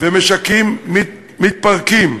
משקים מתפרקים,